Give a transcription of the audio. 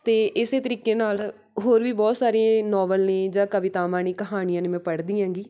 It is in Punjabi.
ਅਤੇ ਇਸੇ ਤਰੀਕੇ ਨਾਲ ਹੋਰ ਵੀ ਬਹੁਤ ਸਾਰੇ ਨੋਵਲ ਨੇ ਜਾਂ ਕਵਿਤਾਵਾਂ ਨੇ ਕਹਾਣੀਆਂ ਨੇ ਮੈਂ ਪੜ੍ਹਦੀ ਆਂਗੀ